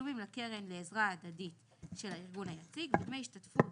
תשלומים לקרן לעזרה הדדית של הארגון היציג ודמי השתתפות